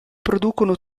producono